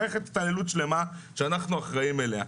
מערכת התעללות שלמה שאנחנו אחראים לה.